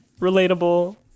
relatable